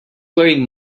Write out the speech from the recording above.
wearing